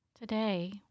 Today